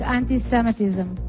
anti-Semitism